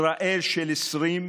ישראל של 2020